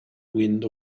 wind